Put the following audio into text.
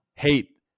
hate